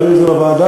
להעביר את זה לוועדה,